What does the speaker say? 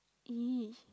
!ee!